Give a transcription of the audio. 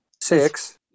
six